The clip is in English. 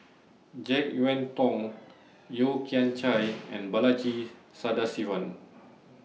Jek Yeun Thong Yeo Kian Chai and Balaji Sadasivan